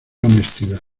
honestidad